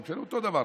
אני משלם אותו דבר,